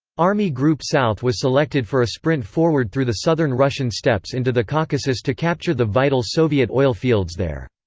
army group south was selected for a sprint forward through the southern russian steppes into the caucasus to capture the vital soviet oil fields there.